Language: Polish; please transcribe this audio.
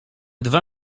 dwa